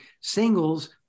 singles